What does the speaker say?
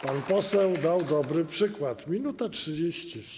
Pan poseł dał dobry przykład - minuta trzydzieści.